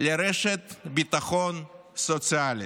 לרשת ביטחון סוציאלי.